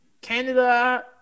Canada